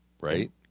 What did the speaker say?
right